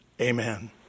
amen